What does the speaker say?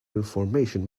information